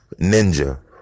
Ninja